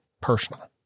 personal